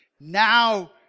now